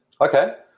Okay